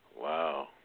Wow